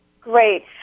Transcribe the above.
Great